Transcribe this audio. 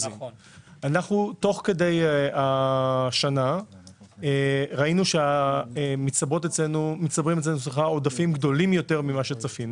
תוך כדי השנה ראינו שמצטברים אצלנו עודפים גדולים יותר ממה שצפינו